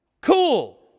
Cool